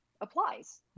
applies